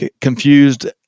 confused